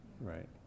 right